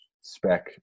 spec